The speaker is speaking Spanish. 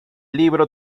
libro